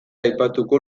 aipatuko